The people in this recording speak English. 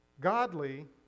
godly